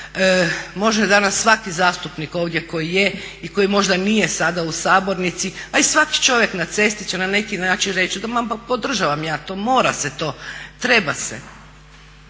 Može danas svaki zastupnik ovdje koji je i koji možda nije sada u sabornici a i svaki čovjek na cesti će na neki način reći ma podržavam ja to, mora se to, treba se,